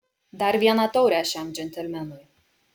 dar vieną taurę šiam džentelmenui